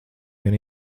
vien